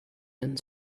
and